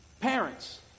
Parents